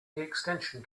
extension